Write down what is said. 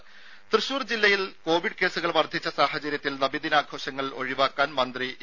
രംഭ തൃശൂർ ജില്ലയിൽ കോവിഡ് കേസുകൾ വർദ്ധിച്ച സാഹചര്യത്തിൽ നബിദിനാഘോഷങ്ങൾ ഒഴിവാക്കാൻ മന്ത്രി എ